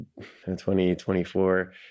2024